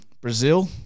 Brazil